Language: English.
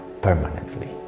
permanently